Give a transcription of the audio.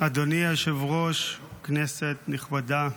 אדוני היושב-ראש, כנסת נכבדה,